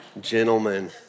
gentlemen